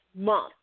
month